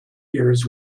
ears